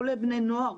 כולל בני נוער,